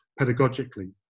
pedagogically